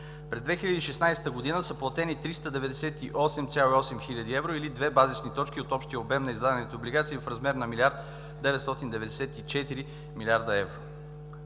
през 2016 г. са платени 398,8 хил. евро, или 2 базисни точки от общия обем на издадените облигации в размер на 1,994 млн. евро.